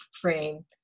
frame